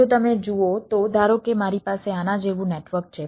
જો તમે જુઓ તો ધારો કે મારી પાસે આના જેવું નેટવર્ક છે